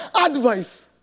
advice